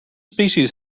species